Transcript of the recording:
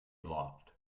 aloft